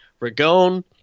Ragone